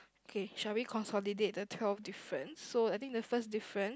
okay shall we consolidate the twelve difference so I think the first difference